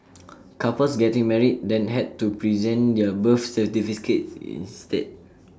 couples getting married then had to present their birth certificates instead